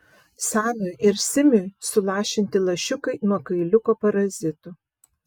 samiui ir simiui sulašinti lašiukai nuo kailiuko parazitų